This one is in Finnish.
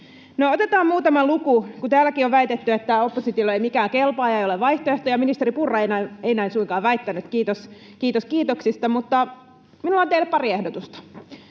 otetaan muutama luku, kun täälläkin on väitetty, että oppositiolle ei mikään kelpaa ja ei ole vaihtoehtoja. Ministeri Purra ei näin suinkaan väittänyt, kiitos kiitoksista, mutta minulla on teille pari ehdotusta: